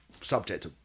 subject